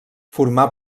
formà